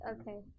Okay